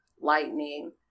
lightning